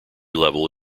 level